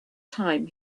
time